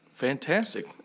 Fantastic